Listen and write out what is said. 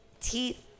teeth